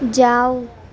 جاؤ